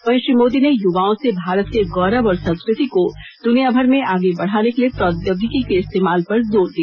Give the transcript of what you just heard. वहीं श्री मोदी ने युवाओं से भारत के गौरव और संस्कृति को दुनियाभर में आगे बढ़ाने के लिए प्रौद्योगिकी के इस्तेमाल पर जोर दिया